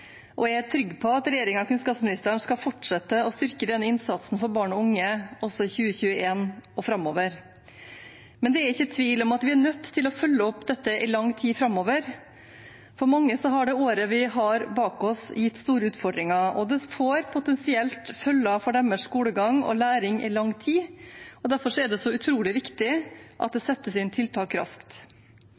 og jeg er trygg på at regjeringen og kunnskapsministeren skal fortsette å styrke denne innsatsen for barn og unge også i 2021 og framover. Men det er ikke tvil om at vi er nødt til å følge opp dette i lang tid framover. For mange har det året vi har bak oss, gitt store utfordringer, og det får potensielt følger for deres skolegang og læring i lang tid, og derfor er det så utrolig viktig at det settes inn tiltak raskt.